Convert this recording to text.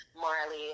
Marley